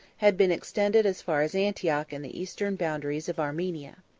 had been extended as far as antioch and the eastern boundaries of armenia.